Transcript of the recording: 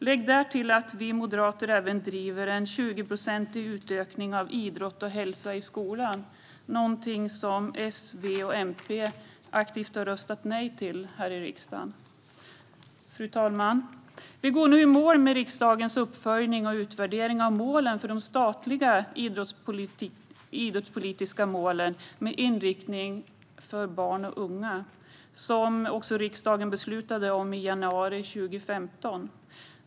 Lägg därtill att vi moderater även driver en 20-procentig ökning av idrott och hälsa i skolan, något som S, V och MP aktivt har röstat nej till här i riksdagen. Fru talman! Vi går nu i mål med riksdagens uppföljning och utvärdering av målen för den statliga idrottspolitiken med inriktning mot barn och unga som riksdagen beslutade om i januari 2015.